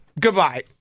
Goodbye